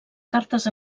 cartes